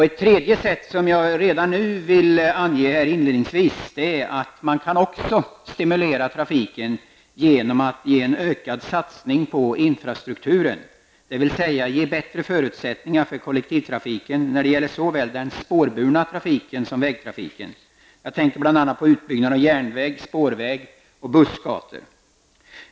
Ett tredje sätt, som jag redan nu inledningsvis vill ange, är att man kan stimulera trafiken också genom en ökad satsning på infrastrukturen, dvs. ge bättre förutsättningar för kollektivtrafiken, såväl den spårburna trafiken som vägtrafiken. Jag tänker bl.a. på en utbyggnad av järnväg, spårväg och bussgator.